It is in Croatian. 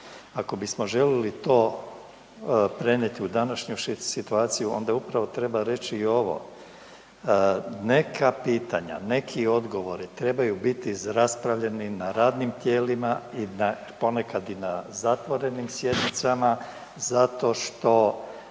Ako bismo željeli to prenijeti u današnju situaciju onda upravo treba reći i ovo, neka pitanja, neki odgovori trebaju biti raspravljeni na radnim tijelima, ponekad i na zatvorenim sjednicama zašto što